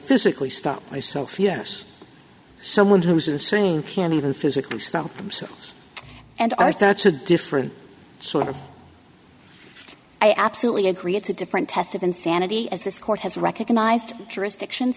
physically stop myself yes someone who has a saying can't even physically stop themselves and i thought it's a different sort of i absolutely agree it's a different test of insanity as this court has recognized jurisdictions